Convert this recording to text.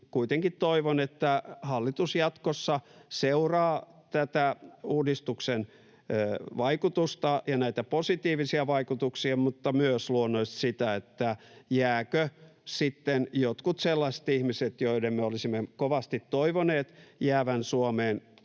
kuitenkin toivon, että hallitus jatkossa seuraa tätä uudistuksen vaikutusta ja näitä positiivisia vaikutuksia, mutta myös luonnollisesti sitä, jäävätkö sitten jotkut sellaiset ihmiset, joiden me olisimme kovasti toivoneet jäävän Suomeen,